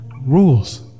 rules